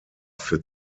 für